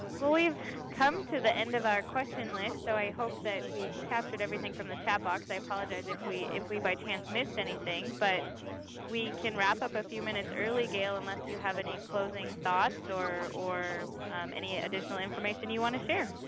we've come to the end of our question list. so i hope that we captured everything from the chat box. i apologize if we, by chance, missed anything. but we can wrap up a few minutes early, gail, unless you have any closing thoughts or or any additional information you want to share.